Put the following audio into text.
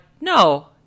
no